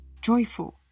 joyful